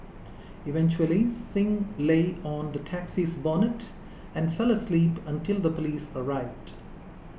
eventually Singh lay on the taxi's bonnet and fell asleep until the police arrived